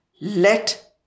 let